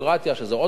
שזה עוד נושא,